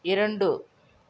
இரண்டு